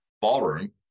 Ballroom